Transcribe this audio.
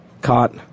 caught